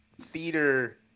theater